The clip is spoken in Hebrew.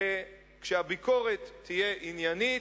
וכשהביקורת תהיה עניינית,